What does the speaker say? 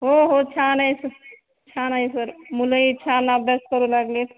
हो हो छान आहे सर छान आहे सर मुलंही छान अभ्यास करू लागली आहेत